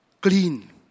clean